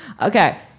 Okay